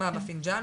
מה בפינג'אן?